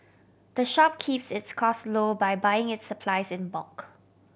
the shop keeps its cost low by buying its supplies in bulk